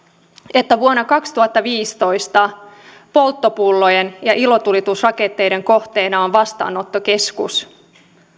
että vuonna kaksituhattaviisitoista polttopullojen ja ilotulitusrakettien kohteena on vastaanottokeskus